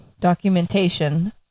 documentation